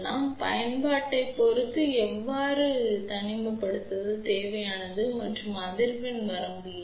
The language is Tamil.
எனவே பயன்பாட்டைப் பொறுத்து எவ்வளவு தனிமைப்படுத்தல் தேவைப்படுகிறது மற்றும் அதிர்வெண் வரம்பு என்ன